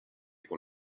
con